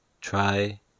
Try